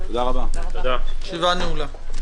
הישיבה נעולה.